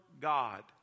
God